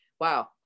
wow